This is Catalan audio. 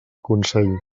consell